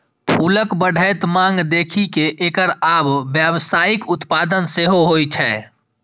फूलक बढ़ैत मांग देखि कें एकर आब व्यावसायिक उत्पादन सेहो होइ छै